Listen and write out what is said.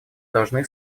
должны